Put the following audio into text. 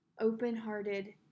open-hearted